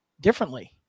differently